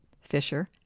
Fisher